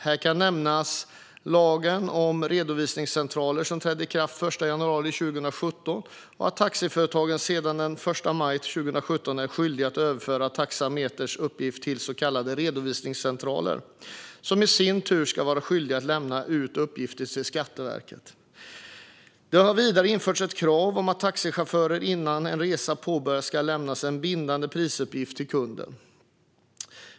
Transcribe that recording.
Här kan nämnas lagen om redovisningscentraler, som trädde i kraft den 1 januari 2017, och att taxiföretagen sedan den 1 maj 2017 är skyldiga att överföra taxameteruppgifter till så kallade redovisningscentraler, som i sin tur ska vara skyldiga att lämna uppgifter till Skatteverket. Det har vidare införts ett krav på att taxichaufförer innan en resa påbörjas ska lämna en bindande prisuppgift till kunden.